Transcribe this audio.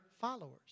followers